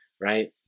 right